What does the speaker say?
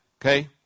okay